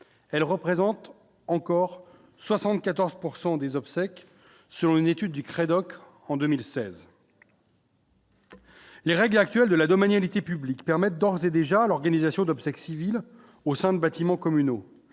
elle représente encore 74 pourcent des obsèques, selon une étude du Crédoc en 2016. Les règles actuelles de la domanial étaient publiques permettent d'ores et déjà, l'organisation d'obsèques civiles au sein de bâtiments communaux,